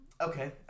Okay